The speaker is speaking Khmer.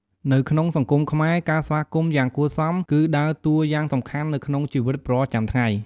នៅក្នុងសង្គមខ្មែរ ការស្វាគមន៍យ៉ាងគួរសម គឺដើរតួយ៉ាងសំខាន់នៅក្នុងជីវិតប្រចាំថ្ងៃ។